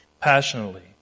passionately